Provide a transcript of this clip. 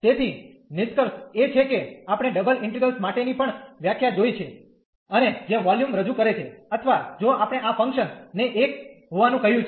તેથી નિષ્કર્ષ એ છે કે આપણે ડબલ ઇન્ટિગ્રલ માટે ની પણ વ્યાખ્યા જોઈ છે અને જે વોલ્યુમ રજૂ કરે છે અથવા જો આપણે આ ફંક્શન ને 1 હોવાનું કહ્યું છે